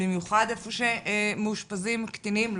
במיוחד איפה שמאושפזים הקטינים?